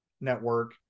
network